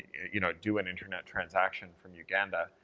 you know, do an internet transaction from uganda.